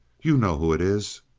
you know who it is.